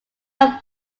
are